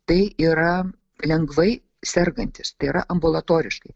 tai yra lengvai sergantys tai yra ambulatoriškai